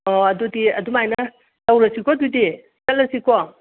ꯑꯣ ꯑꯗꯨꯗꯤ ꯑꯗꯨꯃꯥꯏꯅ ꯇꯧꯔꯁꯤꯀꯣ ꯑꯗꯨꯗꯤ ꯆꯠꯂꯁꯤꯀꯣ